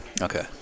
Okay